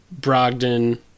Brogdon